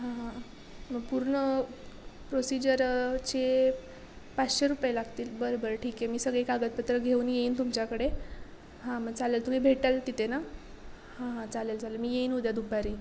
हां हां मग पूर्ण प्रोसिजरचे पाचशे रुपये लागतील बरं बरं ठीक आहे मी सगळे कागदपत्र घेऊन येईन तुमच्याकडे हां मग चालेल तुम्ही भेटाल तिथे ना हां हां चालेल चालेल मी येईन उद्या दुपारी